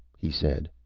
he said.